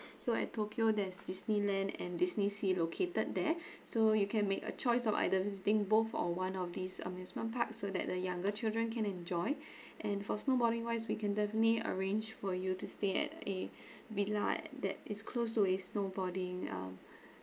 so at tokyo there's Disneyland and Disneysea located there so you can make a choice of either visiting both or one of these amusement park so that the younger children can enjoy and for snowboarding wise we can definitely arrange for you to stay at a villa that is close to a snowboarding um